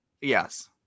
Yes